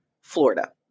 Florida